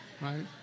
right